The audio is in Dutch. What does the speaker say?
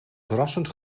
verrassend